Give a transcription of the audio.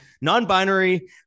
non-binary